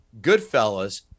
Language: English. Goodfellas